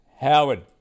howard